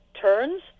turns